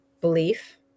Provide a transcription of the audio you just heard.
belief